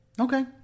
Okay